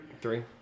Three